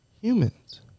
humans